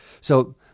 So-